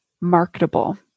marketable